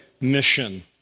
mission